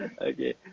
Okay